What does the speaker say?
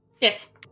Yes